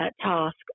task